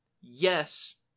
yes